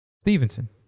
Stevenson